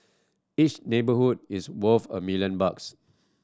each neighbourhood is worth a million bucks